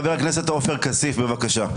חבר הכנסת עופר כסיף, בבקשה.